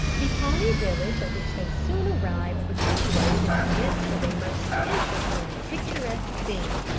the pawnee village, at which they soon arrived, was situated in the midst of a most interesting and picturesque scene.